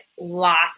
lots